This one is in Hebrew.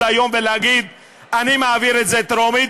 היום ולהגיד: אני מעביר את זה בטרומית,